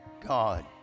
God